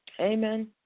Amen